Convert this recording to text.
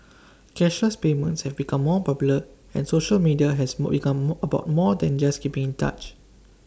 cashless payments have become more popular and social media has more become more about more than just keeping in touch